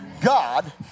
God